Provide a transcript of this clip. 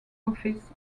office